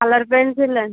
colour pencil